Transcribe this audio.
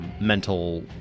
mental